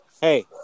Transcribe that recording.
Hey